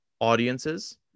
audiences